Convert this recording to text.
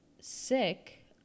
sick